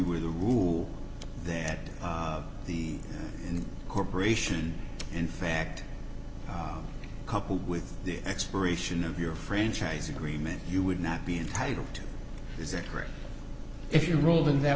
were the rule that the corporation in fact coupled with the expiration of your franchise agreement you would not be entitled to is that correct if your role in that